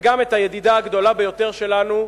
וגם את הידידה הגדולה ביותר שלנו,